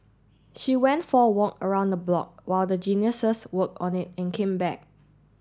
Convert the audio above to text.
she went for walk around the block what the Geniuses worked on it and came back